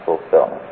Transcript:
fulfillment